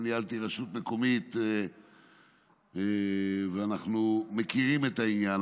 גם ניהלתי רשות מקומית ואנחנו מכירים את העניין,